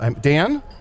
Dan